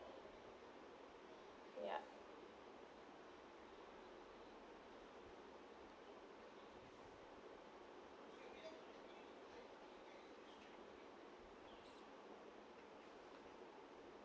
yeah